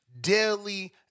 daily